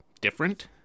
different